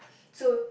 so